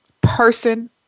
person